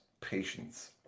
patience